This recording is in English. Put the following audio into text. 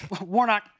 Warnock